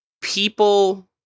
people